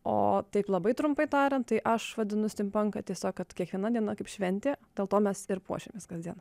o taip labai trumpai tariant tai aš vadinu stimpanką tiesiog kad kiekviena diena kaip šventė dėl to mes ir puošiamės kasdien